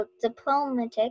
diplomatic